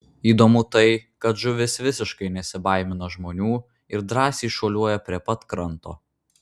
įdomu tai kad žuvys visiškai nesibaimina žmonių ir drąsiai šuoliuoja prie pat kranto